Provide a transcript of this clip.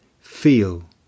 feel